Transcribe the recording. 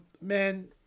man